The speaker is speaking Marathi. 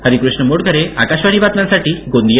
हरिकृष्ण मोटघरे आकाशवाणी बातम्यांसाठी गोंदिया